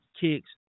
kicks